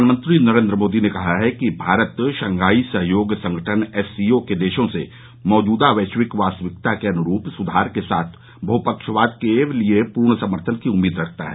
प्रधानमंत्री नरेन्द्र मोदी ने कहा है कि भारत शंघाई सहयोग संगठन एससीओ के देशों से मौजूदा वैश्विक वास्तविकता के अनुरूप सुधार के साथ बह्पक्षवाद के लिए पूर्ण समर्थन की उम्मीद रखता है